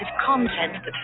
content